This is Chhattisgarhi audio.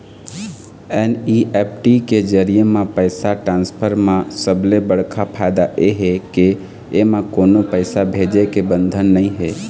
एन.ई.एफ.टी के जरिए म पइसा ट्रांसफर म सबले बड़का फायदा ए हे के एमा कोनो पइसा भेजे के बंधन नइ हे